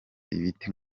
ibiti